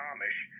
Amish